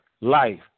life